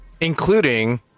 including